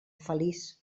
feliç